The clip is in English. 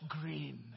green